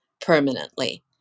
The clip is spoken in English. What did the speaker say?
permanently